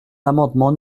l’amendement